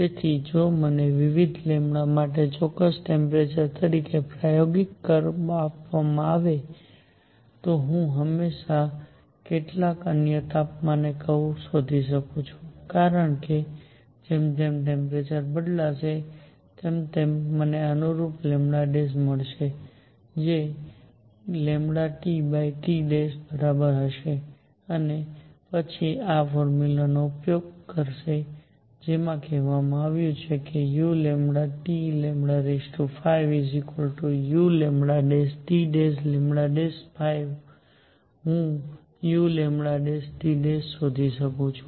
તેથી જો મને વિવિધ માટે ચોક્કસ ટેમ્પરેચર તરીકે પ્રાયોગિક કર્વ આપવામાં આવે હું હંમેશાં કેટલાક અન્ય તાપમાને કર્વ શોધી શકું છું કારણ કે જેમ જેમ ટેમ્પરેચર બદલાશે તેમ તેમ મને અનુરૂપ ' મળશે જે λTT બરાબર હશે અને પછી આ ફોર્મ્યુલાનો ઉપયોગ કરશે જેમાં કહેવામાં આવ્યું છે કે u 5 uλT' 5 હું uλT'શોધી શકું છું